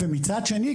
ומצד שני,